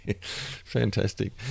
Fantastic